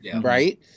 right